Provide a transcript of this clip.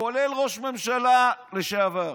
כולל ראש ממשלה לשעבר.